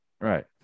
Right